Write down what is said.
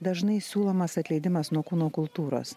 dažnai siūlomas atleidimas nuo kūno kultūros